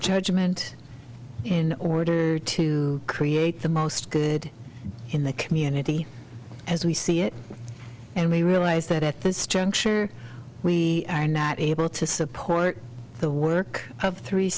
judgment in order to create the most good in the community as we see it and we realize that at this juncture we are not able to support the work